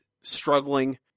struggling